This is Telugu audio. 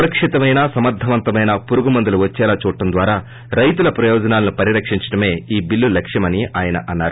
సురక్షితమైన సమర్గవంతమైన పురుగుమందులు వచ్చేలా చూడటం ద్వారా రైతుల ప్రయోజనాలను పరిరక్షించడమే ఈ బిల్లు లక్ష్యమని ఆయన అన్నారు